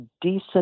decent